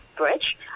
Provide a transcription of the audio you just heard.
Bridge